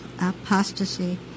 Apostasy